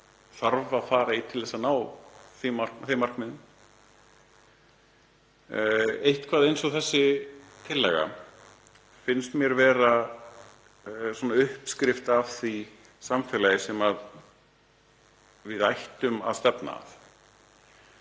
þarf að fara í til að ná þeim markmiðum. Eitthvað eins og þessi tillaga finnst mér vera uppskrift að því samfélagi sem við ættum að stefna að,